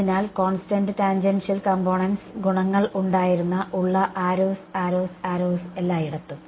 അതിനാൽ constant tangential കമ്പോനെൻസിന്റെ ഗുണങ്ങൾ ഉണ്ടായിരുന്ന ഉള്ള ആരോസ് ആരോസ് ആരോസ് എല്ലായിടത്തും